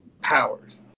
powers